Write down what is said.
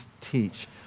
teach